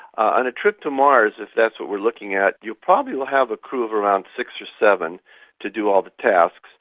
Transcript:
on a trip to mars, if that's what we're looking at, you'll probably have a crew of around six or seven to do all the tasks,